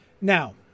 now